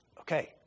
Okay